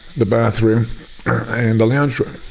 the bathroom and the lounge room,